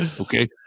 Okay